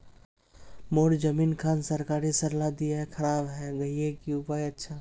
मोर जमीन खान सरकारी सरला दीया खराब है गहिये की उपाय अच्छा?